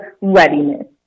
Readiness